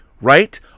right